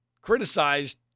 criticized